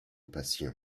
passion